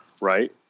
Right